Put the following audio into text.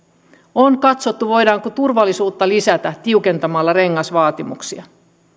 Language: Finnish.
on katsottu voidaanko turvallisuutta lisätä tiukentamalla rengasvaatimuksia